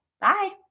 Bye